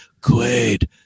Quaid